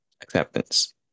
acceptance